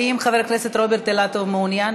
האם חבר הכנסת רוברט אילטוב מעוניין?